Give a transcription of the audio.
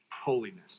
holiness